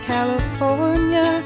California